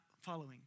following